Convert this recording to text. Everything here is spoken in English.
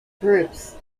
groups